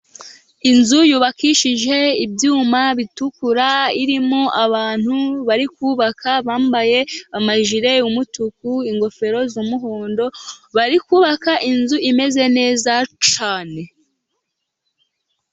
Inzu yubakishije ibyuma bitukura irimo abantu bari kubaka bambaye amajire y'umutuku, ingofero z'umuhondo bari kubaka inzu imeze neza cyane.